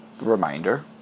reminder